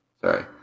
Sorry